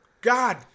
God